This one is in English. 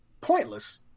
Pointless